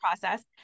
process